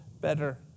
better